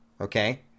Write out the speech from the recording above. Okay